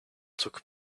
took